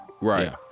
right